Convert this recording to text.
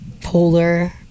polar